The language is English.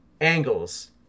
angles